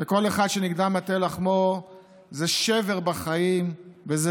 וכל אחד שנגדע מטה לחמו זה שבר בחיים וזה